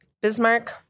Bismarck